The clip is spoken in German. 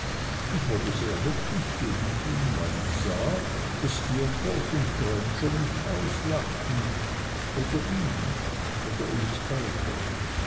ich wurde sehr heftig gegen ihn weil ich sah daß steerforth und grainger mich auslachten oder ihn oder uns beide